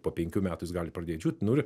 po penkių metų jis gali pradėt džiūt nu ir